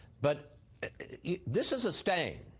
but this is a stain.